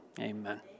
amen